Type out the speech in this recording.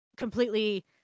completely